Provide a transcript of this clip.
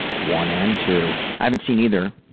one and two. i haven't seen either.